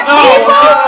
people